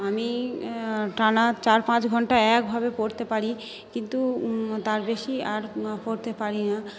আমি টানা চার পাঁচ ঘন্টা একভাবে পড়তে পারি কিন্তু তার বেশি আর পড়তে পারি না